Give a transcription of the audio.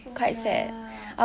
oh ya